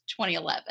2011